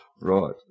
Right